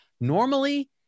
normally